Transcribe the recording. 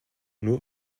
nur